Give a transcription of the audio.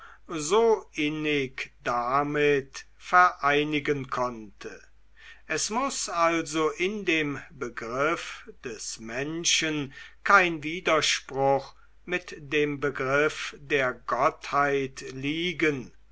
so innig damit vereinigen konnte es muß also in dem begriff des menschen kein widerspruch mit dem begriff der gottheit liegen